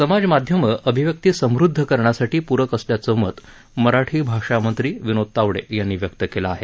समाजमाध्यमं अभिव्यक्ती समृदध करण्यासाठी प्रक असल्याचं मत मराठी भाषामंत्री विनोद तावडे यांनी व्यक्त केलं आहे